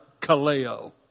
kaleo